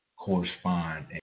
Correspond